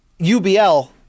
UBL